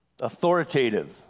Authoritative